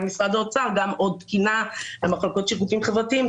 משרד האוצר גם עוד תקינה למחלקות שירותים חברתיים,